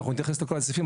אנחנו נתייחס לכל הסעיפים,